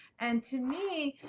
and to me,